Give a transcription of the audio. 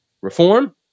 reform